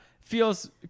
Feels